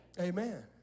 Amen